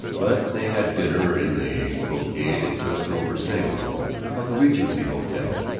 but they had dinner in the brocade and crystal versailles room of the regency hotel.